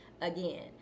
again